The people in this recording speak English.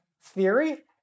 theory